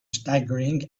staggering